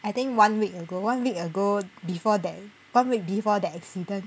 I think one week ago one week ago before that one week before the accident